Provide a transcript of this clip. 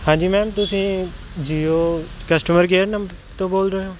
ਹਾਂਜੀ ਮੈਮ ਤੁਸੀਂ Jio customer care number ਤੋਂ ਬੋਲ ਰਹੇ ਹੋ